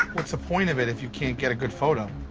what's the point of it if you can't get a good photo?